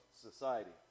society